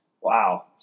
wow